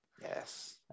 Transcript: Yes